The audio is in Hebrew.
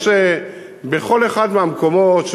יש בכל אחד מהמקומות,